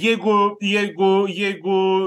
jeigu jeigu jeigu